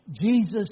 ...Jesus